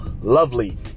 lovely